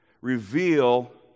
reveal